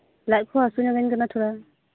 ᱞᱟᱡ ᱠᱚ ᱦᱟᱹᱥᱩ ᱧᱚᱜᱤᱧ ᱠᱟᱱᱟ ᱛᱷᱚᱲᱟ